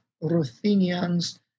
Ruthenians